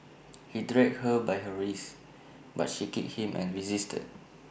he dragged her by her wrists but she kicked him and resisted